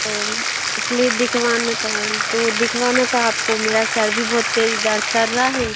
तो इस लिए दिखवाना था तो दिखवाना था आपको मेरा सिर भी बहुत तेज़ दर्द कर रहा है